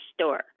store